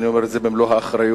ואני אומר את זה במלוא האחריות,